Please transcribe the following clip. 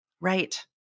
Right